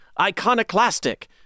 Iconoclastic